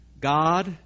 God